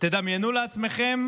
תדמיינו לעצמכם